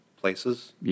places